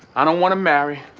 i don't want to marry.